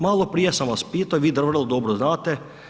Maloprije sam vas pitao i vi vrlo dobro znate.